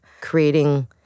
creating